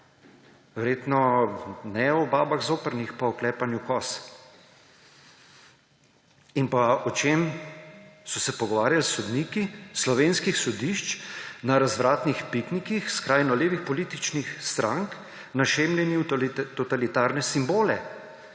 Verjetno ne o babah zoprnih pa o klepanju kos. In o čem so se pogovarjali s sodniki slovenskih sodišč na razvratnih piknikih skrajno levih političnih strank, našemljeni v totalitarne simbole?